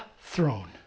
throne